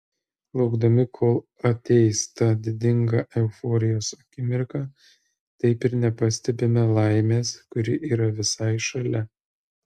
laukdami kol ateis ta didinga euforijos akimirka taip ir nepastebime laimės kuri yra visai šalia